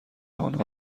آنها